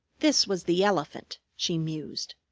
this was the elephant, she mused.